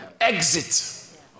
Exit